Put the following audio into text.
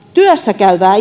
työssä käyvää